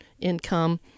income